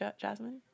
Jasmine